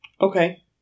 Okay